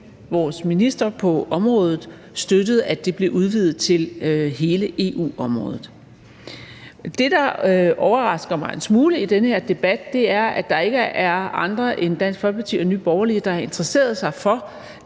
vores minister på området støttede, at det blev udvidet til hele EU-området. Det, der overrasker mig en smule i den her debat, er, at der ikke er andre end Dansk Folkeparti og Nye Borgerlige, der har interesseret sig for